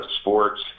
sports